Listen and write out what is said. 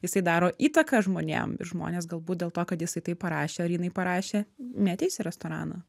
jisai daro įtaką žmonėm ir žmonės galbūt dėl to kad jisai taip parašė ar jinai parašė neateis į restoraną